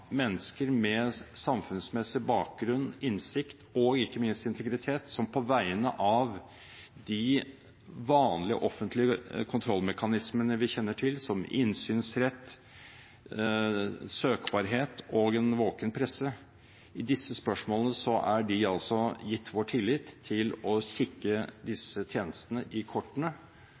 mennesker med samfunnsmessig bakgrunn, innsikt og ikke minst integritet, som på vegne av de vanlige og offentlige kontrollmekanismene vi kjenner til, som innsynsrett, søkbarhet og en våken presse, i disse spørsmålene er gitt vår tillit til å